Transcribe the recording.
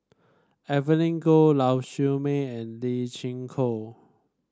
Evelyn Goh Lau Siew Mei and Lee Chin Koon